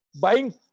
buying